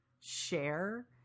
share